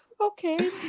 okay